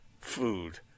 food